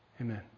Amen